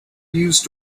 used